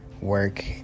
work